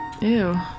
Ew